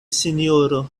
sinjoro